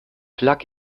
plug